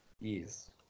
Yes